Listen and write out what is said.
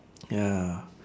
ya